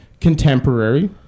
contemporary